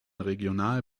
regional